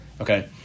Okay